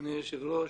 אדוני היושב-ראש,